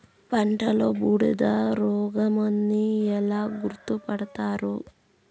పంటలో బూడిద రోగమని ఎలా గుర్తుపడతారు?